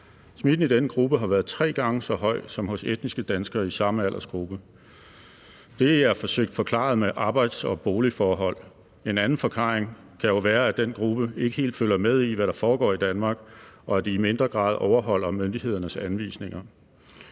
Smitten i denne gruppe har været tre gange så høj som hos etniske danskere i samme aldersgruppe. Det er forsøgt forklaret med arbejds- og boligforhold. En anden forklaring kan jo være, at den gruppe ikke helt følger med i, hvad der foregår i Danmark, og at de i mindre grad overholder myndighedernes anvisninger.